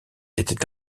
était